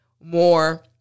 more